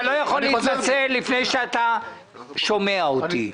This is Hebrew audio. אתה לא יכול להתנצל לפני שאתה שומע אותי.